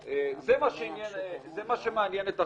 זה מה שמעניין את החברה.